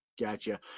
Gotcha